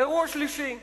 אירוע שלישי,